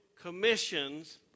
commissions